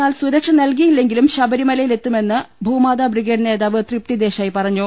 എന്നാൽ സുരക്ഷ നൽകിയില്ലെങ്കിലും ശബരിമലയിൽ എത്തുമെന്ന് ഭൂമാതാ ബ്രിഗേഡ് നേതാവ് തൃപ്തി ദേശായി പറഞ്ഞു